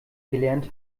gelernt